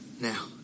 Now